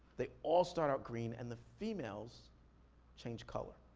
they all start out green and the females change color.